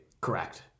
correct